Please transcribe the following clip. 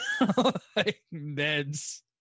Meds